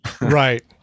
right